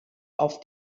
auf